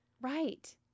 right